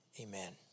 Amen